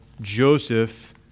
Joseph